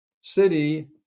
city